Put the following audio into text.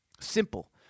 Simple